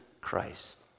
Christ